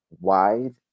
wide